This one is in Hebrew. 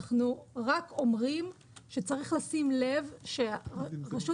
אנחנו רק אומרים שצריך לשים לב שרשות